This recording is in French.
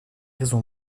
raison